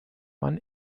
man